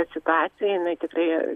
ta situacija jinai tikrai